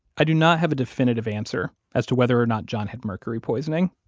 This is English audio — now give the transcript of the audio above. i do not have a definitive answer as to whether or not john had mercury poisoning,